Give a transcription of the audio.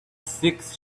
six